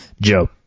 Joe